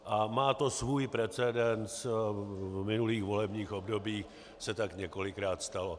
A má to svůj precedens, v minulých volebních obdobích se tak několikrát stalo.